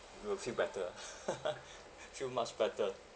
you will feel better ah feel much better